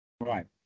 Right